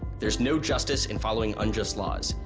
there is no justice in following unjust laws.